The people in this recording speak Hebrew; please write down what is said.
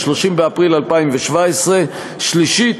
30 באפריל 2017. שלישית,